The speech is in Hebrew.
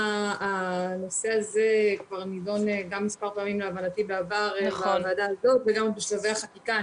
הנושא הזה להבנתי נדון מספר פעמים בעבר בוועדה הזאת וגם בשלבי החקיקה.